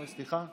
אוי, סליחה.